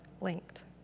linked